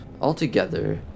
Altogether